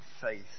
faith